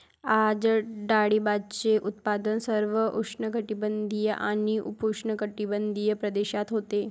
आज डाळिंबाचे उत्पादन सर्व उष्णकटिबंधीय आणि उपउष्णकटिबंधीय प्रदेशात होते